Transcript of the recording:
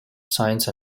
science